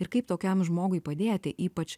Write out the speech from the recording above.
ir kaip tokiam žmogui padėti ypač